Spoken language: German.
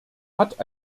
hat